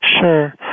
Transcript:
Sure